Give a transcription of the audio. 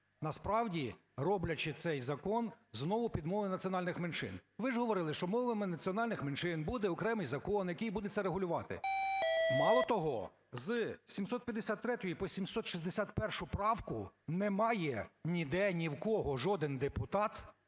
насправді роблячи цей закон знову під мови національних меншин. Ви ж говорили, що мовами національних меншин - буде окремий закон, який буде це регулювати. Мало того, з 753-ї по 761 правку - немає ніде, ні в кого, жоден депутат